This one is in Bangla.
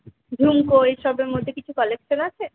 ঝুমকো এইসবের মধ্যে কিছু কালেকশন আছে